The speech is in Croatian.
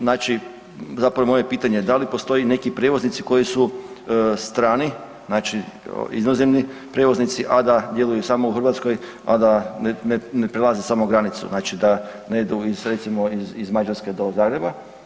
Znači, zapravo moje pitanje je da li postoje neki prijevoznici koji su strani, znači inozemni prijevoznici, a da djeluju samo u Hrvatskoj, a da ne prelazi samo granicu znači da ne idu iz Mađarske recimo do Zagreba?